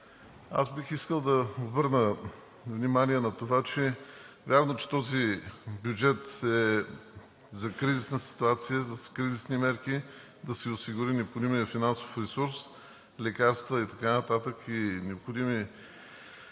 Бих искал да обърна внимание на това: вярно, че този бюджет е за кризисна ситуация, за кризисни мерки да се осигури необходимият финансов ресурс, лекарства, необходими